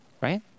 Right